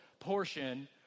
portion